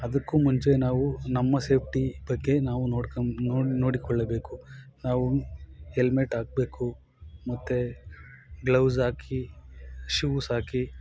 ಅದಕ್ಕೂ ಮುಂಚೆ ನಾವು ನಮ್ಮ ಸೇಫ್ಟಿ ಬಗ್ಗೆ ನಾವು ನೋಡ್ಕೊ ನೋಡಿ ನೋಡಿಕೊಳ್ಳಬೇಕು ನಾವು ಎಲ್ಮೇಟ್ ಹಾಕ್ಬೇಕು ಮತ್ತೆ ಗ್ಲೌಸ್ ಹಾಕಿ ಶೂಸ್ ಹಾಕಿ